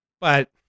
But-